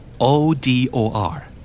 O-D-O-R